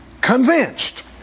convinced